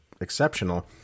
exceptional